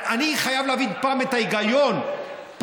אני חייב להבין פעם את ההיגיון שלכם.